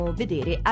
vedere